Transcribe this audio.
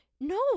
no